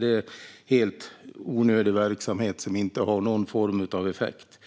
- är det helt onödig verksamhet som inte har någon form av effekt?